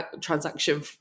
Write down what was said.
transaction